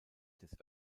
des